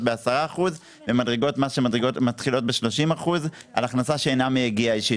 ב-10% ומדרגות מס שמתחילות ב-30% על הכנסה שאינה מיגיעה אישית.